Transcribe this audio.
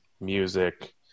music